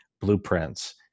blueprints